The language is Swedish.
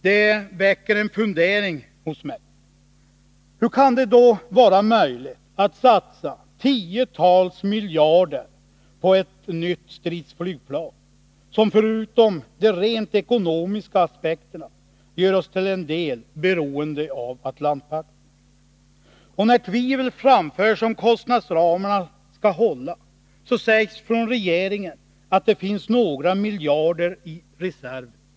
Det väcker en fundering hos mig. Hur kan det då vara möjligt att satsa tiotals miljarder på ett nytt stridsflygplan, som — förutom de invändningar som kan göras på grund av rent ekonomiska aspekter — till en del gör oss beroende av Atlantpakten? När tvivel framförs om att kostnadsramarna skall hålla, sägs från regeringen att det i så fall finns några miljarder i reserv.